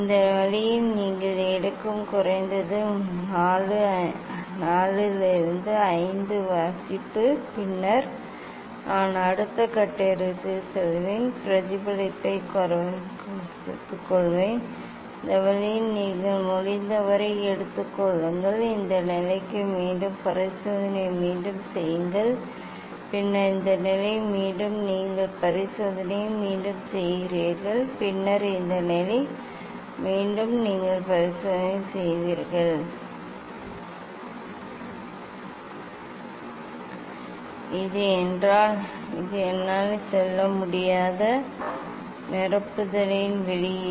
இந்த வழியில் நீங்கள் எடுக்கும் குறைந்தது 4 5 வாசிப்பு பின்னர் நான் அடுத்த கட்டத்திற்கு செல்வேன் பிரதிபலித்ததை பிரதிபலிப்பதை எடுத்துக் கொள்ளுங்கள் இந்த வழியில் நீங்கள் முடிந்தவரை எடுத்துக்கொள்ளுங்கள் இந்த நிலைக்கு மீண்டும் பரிசோதனையை மீண்டும் செய்யுங்கள் பின்னர் இந்த நிலை மீண்டும் நீங்கள் பரிசோதனையை மீண்டும் செய்கிறீர்கள் பின்னர் இந்த நிலை மீண்டும் நீங்கள் பரிசோதனையை மீண்டும் செய்கிறீர்கள் பின்னர் இந்த நிலை ஆம் இது என்னால் செல்ல முடியாத நிரப்புதலின் வெளியீடு